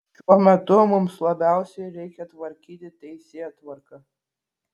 šiuo metu mums labiausiai reikia tvarkyti teisėtvarką